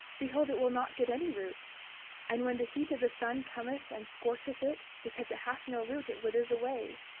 behold it will not get any root and when the heat of the sun cometh and scorcheth it, because it hath no root it withers away,